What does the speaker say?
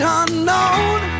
unknown